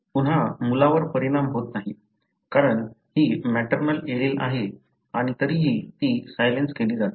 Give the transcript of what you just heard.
पुन्हा मुलावर परिणाम होत नाही कारण ही मॅटर्नल एलील आहे आणि तरीही ती सायलेन्स केली जाते